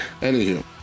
Anywho